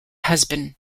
husband